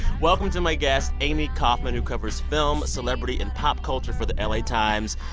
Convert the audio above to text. welcome to my guest amy kaufman who covers film celebrity and pop culture for the la times,